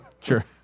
Sure